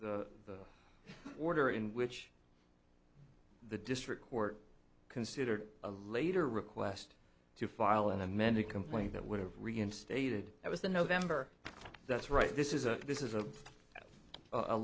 the order in which the district court considered a later request to file an amended complaint that would have reinstated that was the november that's right this is a this is